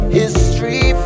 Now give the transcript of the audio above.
history